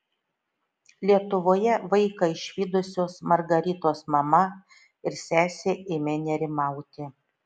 lietuvoje vaiką išvydusios margaritos mama ir sesė ėmė nerimauti